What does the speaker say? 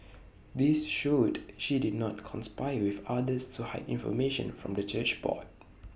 this showed she did not conspire with others to hide information from the church board